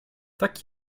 tak